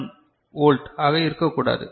1 volt ஆக இருக்கக்கூடாது